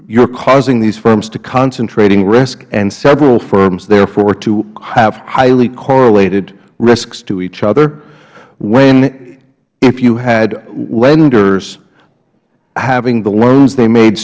are causing these firms to concentrating risk and several firms therefore to have highly correlated risks to each other when if you had lenders having the loans they made